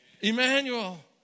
Emmanuel